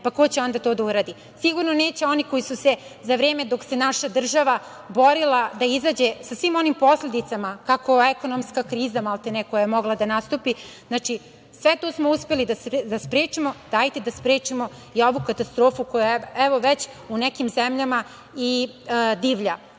pa ko će onda to da uradi? Sigurno neće oni koji su se za vreme dok se naša država borila da izađe sa svim onim posledicama, kao što je ekonomska kriza maltene koja je mogla da nastupi. Znači, sve to smo uspeli da sprečimo, dajte da sprečimo i ovu katastrofu koja evo već u nekim zemljama i divlja.